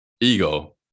Ego